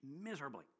miserably